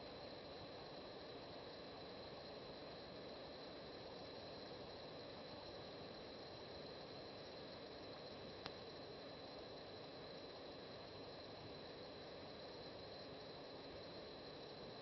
La seduta è tolta